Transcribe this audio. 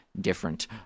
different